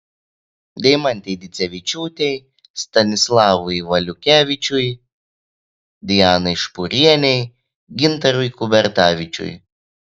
deimantei dicevičiūtei stanislavui valiukevičiui dianai špūrienei gintarui kubertavičiui